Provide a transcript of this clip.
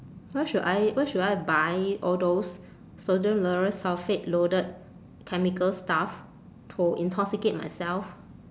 why should I why should I buy all those sodium lauryl sulfate loaded chemical stuff to intoxicate myself